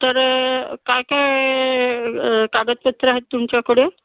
तर काय काय कागदपत्रं आहेत तुमच्याकडे